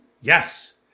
Yes